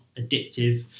addictive